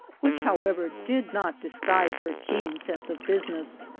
which, however, did not disguise her keen sense of business.